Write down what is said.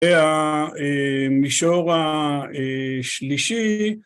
‫זה המישור השלישי.